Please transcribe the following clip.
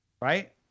Right